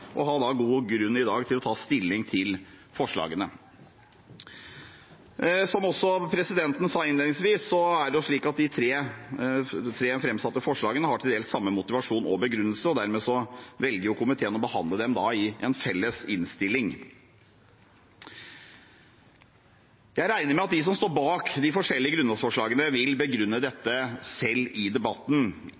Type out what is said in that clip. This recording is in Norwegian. og har god bakgrunn i dag for å ta stilling til forslagene. De tre framsatte forslagene har til dels samme motivasjon og begrunnelse, og dermed velger komiteen å behandle dem i en felles innstilling. Jeg regner med at de som står bak de forskjellige grunnlovsforslagene, vil begrunne dette selv i debatten.